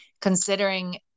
considering